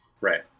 Right